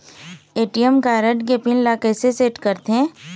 ATM card के pin ला कैसे सेट करथे?